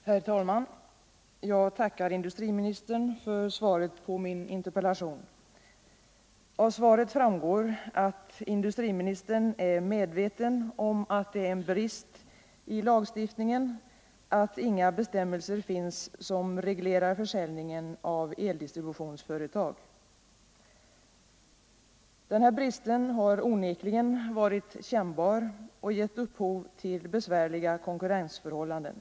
Herr talman! Jag tackar industriministern för svaret på min interpellation. Av svaret framgår att industriministern är medveten om att det är en brist i lagstiftningen att inga bestämmelser finns som reglerar försäljningen av eldistributionsföretag. Denna brist har onekligen varit känn bar och givit upphov till besvärliga konkurrensförhållanden.